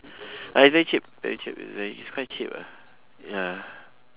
uh it's very cheap very cheap it's very quite cheap ah ya